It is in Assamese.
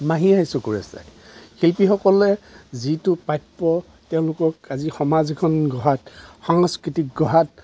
মাহী আই চকুৰে চায় শিল্পীসকলে যিটো প্ৰাপ্য তেওঁলোকক আজি সমাজ এখন গঢ়াত সংস্কৃতিক গঢ়াত